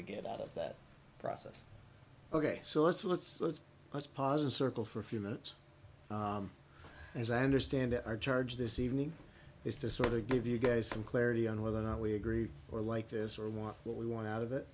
of that process ok so let's let's let's let's pause and circle for a few minutes as i understand it our charge this evening is to sort or give you guys some clarity on whether or not we agree or like this or want what we want out of it